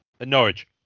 Norwich